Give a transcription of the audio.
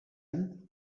then